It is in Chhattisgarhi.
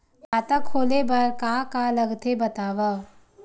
खाता खोले बार का का लगथे बतावव?